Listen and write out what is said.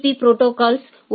பீ protocols ஒ